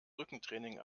rückentraining